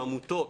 עמותות,